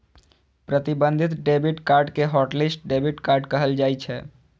प्रतिबंधित debit card कें hotlist debit card कहल जाइ छै